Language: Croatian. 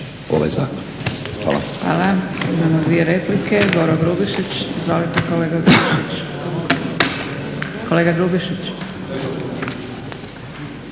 Hvala.